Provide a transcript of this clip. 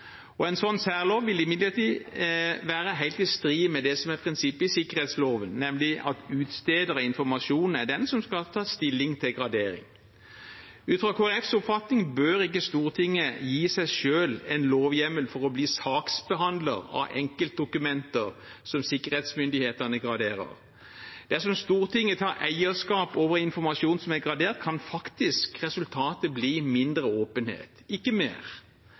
en særlov. En slik særlov vil imidlertid være helt i strid med det som er prinsippet i sikkerhetsloven, nemlig at utstederen av informasjonen er den som skal ta stilling til gradering. Etter Kristelig Folkepartis oppfatning bør ikke Stortinget gi seg selv en lovhjemmel for å bli saksbehandler av enkeltdokumenter som sikkerhetsmyndighetene graderer. Dersom Stortinget tar eierskap over informasjon som er gradert, kan resultatet faktisk bli mindre åpenhet, ikke mer.